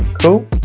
Cool